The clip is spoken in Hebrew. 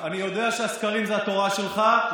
אני יודע שהסקרים זה התורה שלך.